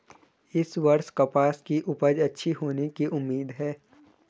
इस वर्ष कपास की उपज अच्छी होने की उम्मीद है